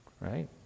Right